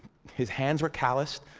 his hands were calloused,